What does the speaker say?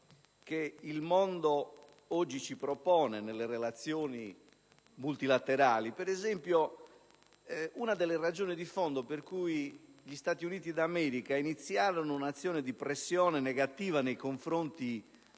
che il mondo oggi ci propone nelle relazioni multilaterali. Per esempio, una delle ragioni di fondo per cui gli Stati Uniti d'America iniziarono un'azione di pressione negativa nei confronti